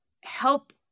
help